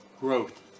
growth